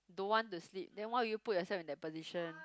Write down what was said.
don't want to sleep then why would you put yourself in that position